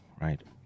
right